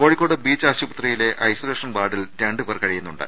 Kozhikode beach ആശുപത്രിയിലെ isolation വാർഡിൽ രണ്ട് പേർ കഴിയുന്നുണ്ട്